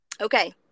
Okay